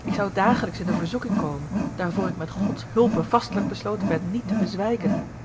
ik zou dagelijks in de verzoeking komen daarvoor ik met gods hulpe vastelijk besloten ben niet te bezwijken